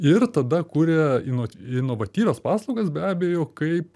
ir tada kuria inovat inovatyvias paslaugas be abejo kaip